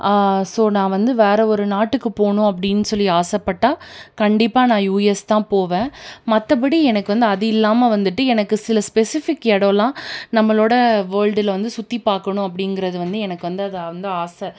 so நான் வந்து வேறு ஒரு நாட்டுக்கு போகணும் அப்படின்னு சொல்லி ஆசைப்பட்டா கண்டிப்பாக நான் யுஎஸ் தான் போவேன் மற்றபடி எனக்கு வந்து அது இல்லாமல் வந்துட்டு எனக்கு சில ஸ்பெசிஃபிக் இடம்லாம் நம்மளோட வேல்டில் வந்து சுற்றிப் பார்க்கணும் அப்படிங்கிறது வந்து எனக்கு வந்து அது வந்து ஆசை